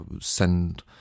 send